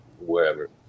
wherever